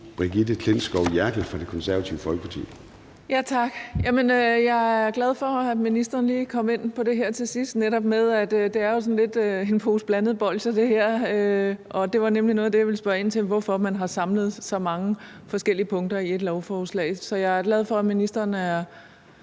Brigitte Klintskov Jerkel (KF): Tak. Jamen jeg er glad for, at ministeren lige til sidst lige kom ind på det her netop med, at det jo sådan er lidt en pose blandede bolsjer. Og det var nemlig noget af det, jeg ville spørge ind til, altså hvorfor man har samlet så mange forskellige punkter i ét lovforslag. Så jeg er glad for, at ministeren er